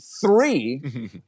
three